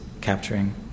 capturing